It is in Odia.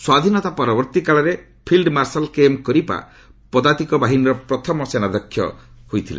ସ୍ୱାଧୀନତା ପରବର୍ତ୍ତୀ କାଳରେ ଫିଲ୍ଚ ମାର୍ଲଲ କେଏମ୍କରିପ୍ସା ପଦାଧିକ ବାହିନୀର ପ୍ରଥମ ସେନାଧ୍ୟକ୍ଷ ହୋଇଥିଲେ